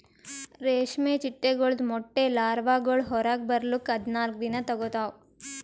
ರೇಷ್ಮೆ ಚಿಟ್ಟೆಗೊಳ್ದು ಮೊಟ್ಟೆ ಲಾರ್ವಾಗೊಳ್ ಹೊರಗ್ ಬರ್ಲುಕ್ ಹದಿನಾಲ್ಕು ದಿನ ತೋಗೋತಾವ್